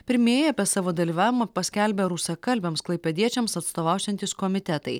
pirmieji apie savo dalyvavimą paskelbė rusakalbiams klaipėdiečiams atstovausiantys komitetai